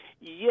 Yes